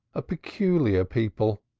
a peculiar people,